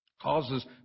causes